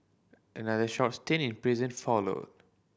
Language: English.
another short stint in prison followed